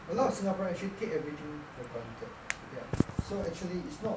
a lot of singaporean actually take everything for granted ya so actually it's not